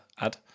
add